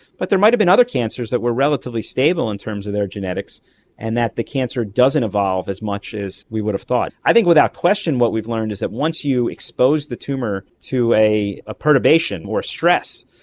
but there might have been other cancers that were relatively stable in terms of their genetics and that the cancer doesn't evolve as much as we would have thought. i think without question what we've learned is that once you expose the tumour to a ah perturbation or stress,